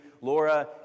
Laura